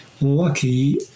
lucky